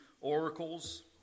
oracles